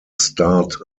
start